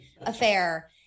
affair